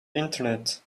internet